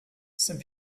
some